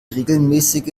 regelmäßige